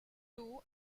two